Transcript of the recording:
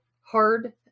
hard